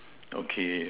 okay